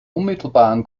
unmittelbaren